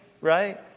right